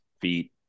feet